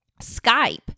Skype